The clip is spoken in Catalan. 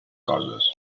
coses